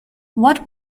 what